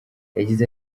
yagize